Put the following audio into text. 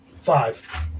Five